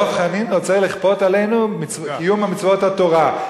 דב חנין רוצה לכפות עלינו קיום מצוות התורה.